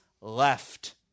left